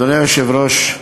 אדוני היושב-ראש,